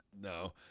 No